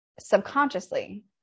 subconsciously